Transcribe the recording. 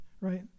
right